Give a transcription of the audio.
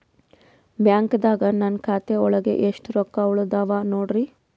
ಬ್ಯಾಂಕ್ದಾಗ ನನ್ ಖಾತೆ ಒಳಗೆ ಎಷ್ಟ್ ರೊಕ್ಕ ಉಳದಾವ ನೋಡ್ರಿ?